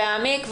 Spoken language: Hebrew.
להעמיק,